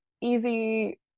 easy